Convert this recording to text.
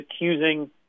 accusing